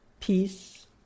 peace